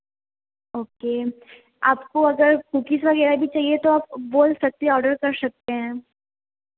okay आपको अगर cookies वाली आईडी चाहिए तो आप बोल सकते ऑर्डर कर सकते हैं